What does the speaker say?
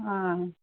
ஆ